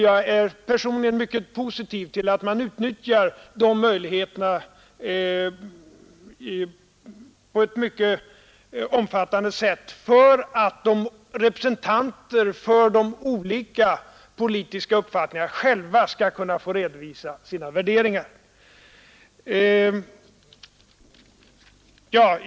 Jag är personligen mycket positiv till att man utnyttjar de möjligheterna på ett mycket omfattande sätt för att representanter för de olika politiska uppfattningarna själva skall kunna få redovisa sina värderingar. Herr talman!